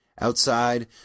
Outside